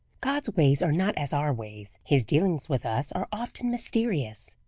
god's ways are not as our ways. his dealings with us are often mysterious.